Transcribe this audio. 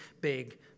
big